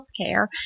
healthcare